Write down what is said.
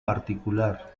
particular